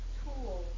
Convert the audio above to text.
tool